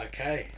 Okay